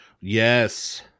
Yes